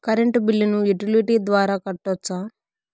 Current బిల్లును utility ద్వారా కట్టొచ్చా?